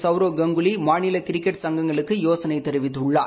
சவூவ் கங்குலி மாநில கிரிக்கெட் சங்கங்களுக்கு யோசனை தெரிவித்துள்ளார்